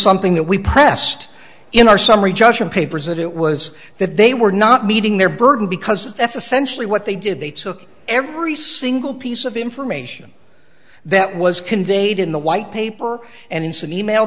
something that we pressed in our summary judgment papers that it was that they were not meeting their burden because that's essentially what they did they took every single piece of information that was conveyed in the white paper and in some e mail